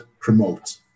promote